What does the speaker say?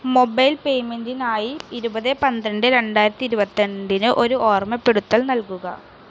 mobile പേയ്മെൻറിനായി ഇരുപത് പന്ത്രണ്ട് രണ്ടായിരത്തി ഇരുപത്തിരണ്ടിന് ഒരു ഓർമ്മപ്പെടുത്തൽ നൽകുക